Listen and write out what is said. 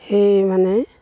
সেইয়ে মানে